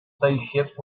spaceship